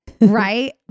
right